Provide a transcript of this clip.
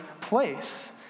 place